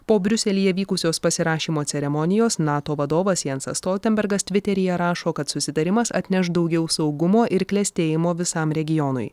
po briuselyje vykusios pasirašymo ceremonijos nato vadovas jensas stoltenbergas tviteryje rašo kad susitarimas atneš daugiau saugumo ir klestėjimo visam regionui